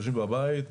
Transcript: יושבים בבית,